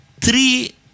three